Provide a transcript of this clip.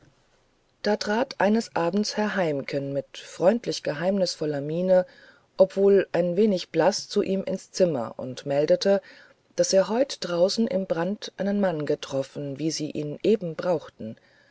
da trat eines abends herr heimken mit freundlich geheimnisvoller miene obwohl ein wenig blaß zu ihm ins zimmer und meldete daß er heut draußen im brand einen mann getroffen wie sie ihn eben brauchten